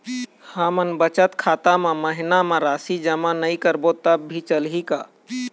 हमन बचत खाता मा महीना मा राशि जमा नई करबो तब भी चलही का?